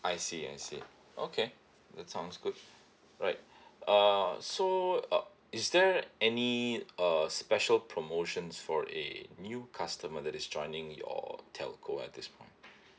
I see I see okay that sounds good right uh so uh is there any uh special promotions for a new customer that is joining your telco at this point